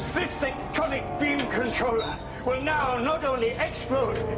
this zectronic beam controller will now not only explode,